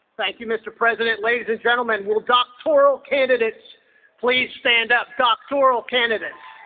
thank you mr. president ladies and gentlemen will doctoral candidates please stand up doctoral candidates